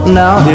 now